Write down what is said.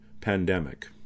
pandemic